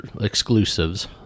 exclusives